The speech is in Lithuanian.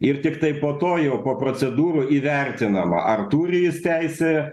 ir tiktai po to jau po procedūrų įvertinama ar turi jis teisę